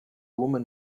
woman